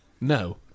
No